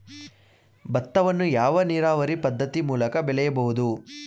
ಭತ್ತವನ್ನು ಯಾವ ನೀರಾವರಿ ಪದ್ಧತಿ ಮೂಲಕ ಬೆಳೆಯಬಹುದು?